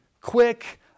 quick